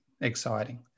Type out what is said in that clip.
exciting